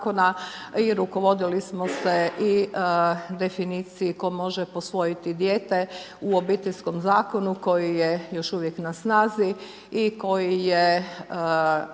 i rukovodili smo se i definiciji tko može posvojiti dijete u Obiteljskom zakonu koji je još uvijek na snazi i koji je